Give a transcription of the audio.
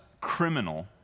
criminal